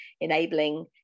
enabling